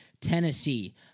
Tennessee